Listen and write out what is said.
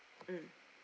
mm